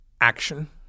Action